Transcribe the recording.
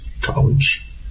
college